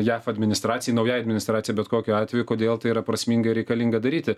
jav administracijai naujai administracijai bet kokiu atveju kodėl tai yra prasminga ir reikalinga daryti